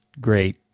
great